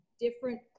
different